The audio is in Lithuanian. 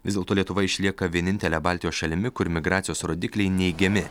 vis dėlto lietuva išlieka vienintele baltijos šalimi kur migracijos rodikliai neigiami